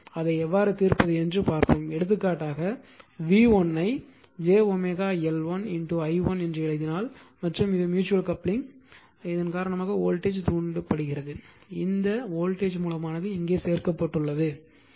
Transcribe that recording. பின்னர் அதை எவ்வாறு தீர்ப்பது என்று பார்ப்போம் எடுத்துக்காட்டாக v1 ஐ jw L1 i1 எழுதினால் மற்றும் இது ம்யூட்சுவல் கப்ளிங் காரணமாக வோல்டேஜ் ஐ தூண்டுகிறது இந்த வோல்டேஜ் மூலமானது இங்கே சேர்க்கப்பட்டுள்ளது